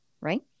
right